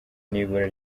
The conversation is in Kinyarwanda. n’ibura